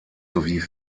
sowie